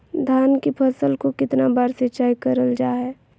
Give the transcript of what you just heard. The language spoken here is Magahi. धान की फ़सल को कितना बार सिंचाई करल जा हाय?